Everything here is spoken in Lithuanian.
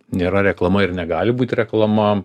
nėra reklama ir negali būt reklama